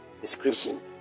description